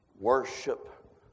worship